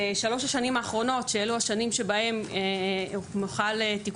בשלוש השנים האחרונות בהם מוחלת הרפורמה,